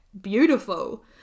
Beautiful